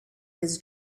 his